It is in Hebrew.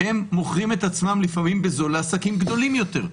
הם מוכרים את עצמם לפעמים בזול לעסקים גדולים יותר,